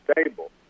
stable